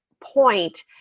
point